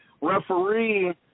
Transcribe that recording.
referee